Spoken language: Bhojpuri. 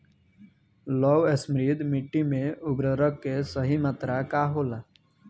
लौह समृद्ध मिट्टी में उर्वरक के सही मात्रा का होला?